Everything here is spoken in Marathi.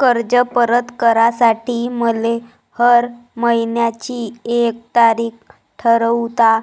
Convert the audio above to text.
कर्ज परत करासाठी मले हर मइन्याची एक तारीख ठरुता